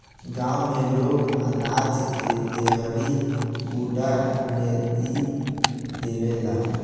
गांव में लोग अनाज के देहरी कुंडा में ध देवेला